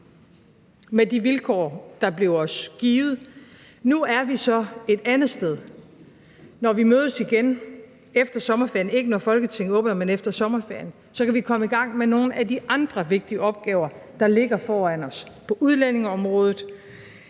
med de vilkår, der blev os givet. Nu er vi så et andet sted. Når vi mødes igen efter sommerferien, ikke når Folketinget åbner, men efter sommerferien, kan vi komme i gang med nogle af de andre vigtige opgaver, der ligger foran os – på udlændingeområdet